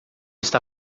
está